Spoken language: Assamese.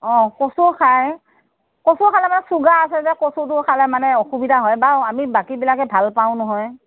অ কচু খায় কচু খালে মানে চুগাৰ আছে যে কচুটো খালে মানে অসুবিধা হয় বাৰু আমি বাকীবিলাকে ভাল পাওঁ নহয়